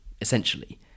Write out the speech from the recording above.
essentially